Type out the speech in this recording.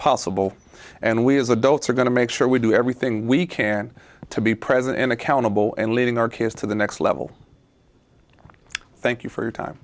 possible and we as adults are going to make sure we do everything we can to be present in accountable and leading our kids to the next level thank you for your time